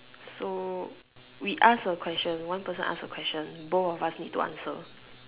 so we ask a question one person ask a question both of us need to answer